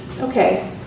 Okay